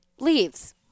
Leaves